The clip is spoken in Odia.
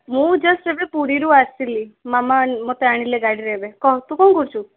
ମୁଁ ଜଷ୍ଟ୍ ଏବେ ପୁରୀରୁ ଆସିଲି ମାମା ମୋତେ ଆଣିଲେ ଗାଡ଼ିରେ ଏବେ କହ ତୁ କ'ଣ କରୁଛୁ